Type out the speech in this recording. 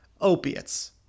opiates